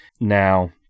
now